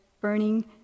burning